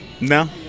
No